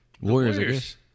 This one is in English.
Warriors